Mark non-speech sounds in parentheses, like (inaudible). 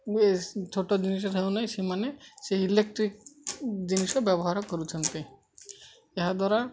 ବି ଛୋଟ ଜିନିଷ (unintelligible) ସେମାନେ ସେ ଇଲେକ୍ଟ୍ରିକ୍ ଜିନିଷ ବ୍ୟବହାର କରୁଛନ୍ତି ଏହାଦ୍ୱାରା